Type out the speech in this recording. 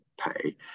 pay